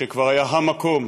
שכבר היה המקום